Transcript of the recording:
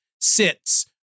sits